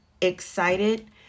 excited